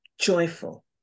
joyful